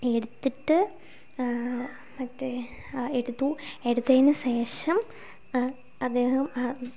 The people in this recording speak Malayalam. എടുത്തിട്ട് മറ്റേ എടുത്തു എടുത്തതിനു ശേഷം അദ്ദേഹം